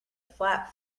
flap